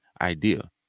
idea